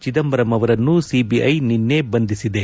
ಚಿದಂಬರಂ ಅವರನ್ನು ಸಿಬಿಐ ನಿನ್ನೆ ಬಂಧಿಸಿದೆ